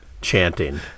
chanting